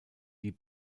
die